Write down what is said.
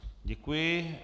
Děkuji.